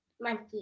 Monkey